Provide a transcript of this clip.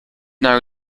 now